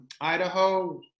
Idaho